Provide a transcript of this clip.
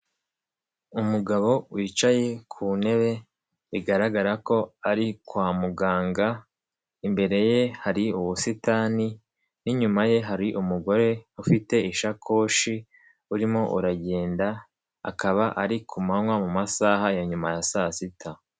Umugabo wicaye ku ntebe, bigaragara ko ari kwa muganga, imbere ye hari ubusitani nyuma ye hari umugore ufite ishakoshi urimo uragenda akaba ari ku manywa mu masaha ya nyuma ya saa sita.